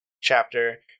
chapter